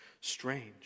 strange